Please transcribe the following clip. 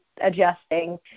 Adjusting